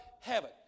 heaven